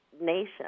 nation